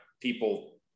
people